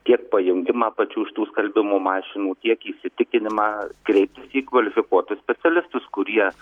tiek pajungimą pačių šitų skalbimo mašinų tiek įsitikinimą kreiptis į kvalifikuotus specialistus kurie